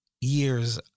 years